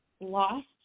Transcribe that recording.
lost